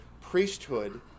priesthood